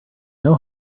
know